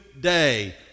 day